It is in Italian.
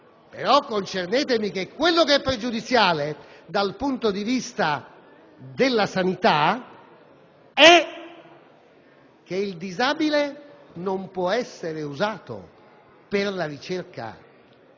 concedetemi che ciò che è pregiudiziale dal punto di vista della sanità è che il disabile non può essere usato per la ricerca